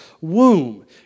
womb